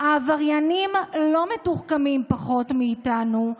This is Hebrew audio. העבריינים לא מתוחכמים פחות מאיתנו,